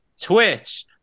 Twitch